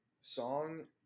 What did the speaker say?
Song